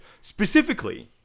Specifically